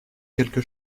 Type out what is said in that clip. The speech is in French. quelque